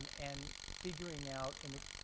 and figuring out and they